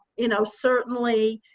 you know, certainly,